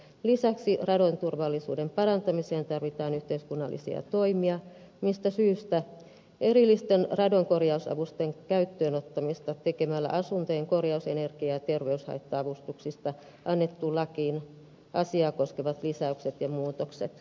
lisäksi radonturvallisuuden parantamiseen tarvitaan yhteiskunnallisia toimia mistä syystä ehdotamme erillisten radonkorjausavustusten käyttöön ottamista tekemällä asuntojen korjaus energia ja terveyshaitta avustuksista annettuun lakiin asiaa koskevat lisäykset ja muutokset